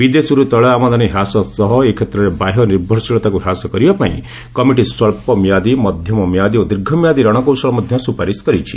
ବିଦେଶରୁ ତୈଳ ଆମଦାନୀ ହ୍ରାସ ସହ ଏ କ୍ଷେତ୍ରରେ ବାହ୍ୟ ନିର୍ଭରଶୀଳତାକୁ ହ୍ରାସ କରିବା ପାଇଁ କମିଟି ସ୍ପଚ୍ଚ ମିଆଦି ମଧ୍ୟମ ମିଆଦି ଓ ଦୀର୍ଘମିଆଦି ରଣକୌଶଳ ମଧ୍ୟ ସ୍ୱପାରିସ୍ କରିଛି